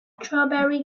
strawberry